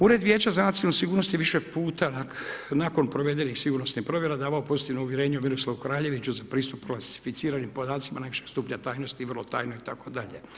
Ured vijeća za nacionalnu sigurnost, je više puta nakon provedenih sigurnosnih provjera davao pozitivno uvjerenje o Miroslavu Kraljeviću za pristup kvalificiranim podacima najvišeg stupanja tajnosti i vrlo tajno itd.